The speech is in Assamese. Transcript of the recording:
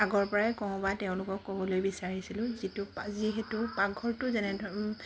আগৰ পৰাই কওঁ বা তেওঁলোকক ক'বলৈ বিচাৰিছিলোঁ যিটো যিহেতু পাকঘৰটো যেনেধৰণে